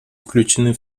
включены